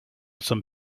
some